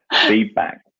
feedback